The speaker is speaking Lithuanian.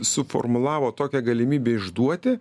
suformulavo tokią galimybę išduoti